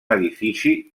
edifici